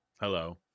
Hello